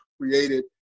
created